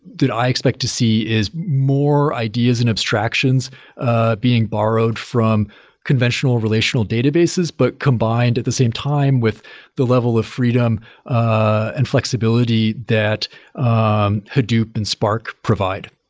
did i expect to see is more ideas and abstractions ah being borrowed from conventional, relational databases, but combined at the same time with the level of freedom and flexibility that um hadoop and spark provide,